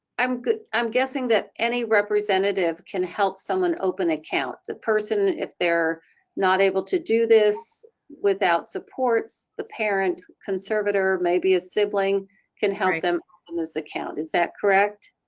i'm i'm guessing that any representative can help someone open account the person if they're not able to do this without supports the parent conservator maybe a sibling can help them on this account is that correct?